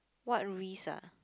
what risk ah